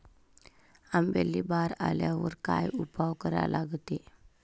आंब्याले बार आल्यावर काय उपाव करा लागते?